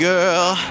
girl